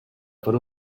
per